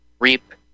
reap